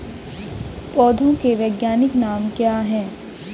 पौधों के वैज्ञानिक नाम क्या हैं?